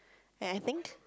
and I think